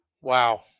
Wow